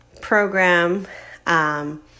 program